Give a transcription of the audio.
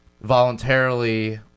voluntarily